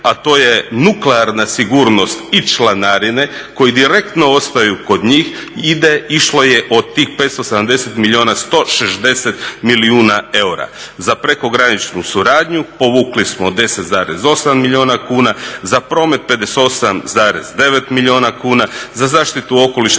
a to je nuklearna sigurnost i članarine koji direktno ostaju kod njih ide, išlo je od tih 570 milijuna 160 milijuna eura za prekograničnu suradnju povukli smo 10,8 milijuna kuna, za promet 58,9 milijuna kuna, za zaštitu okoliša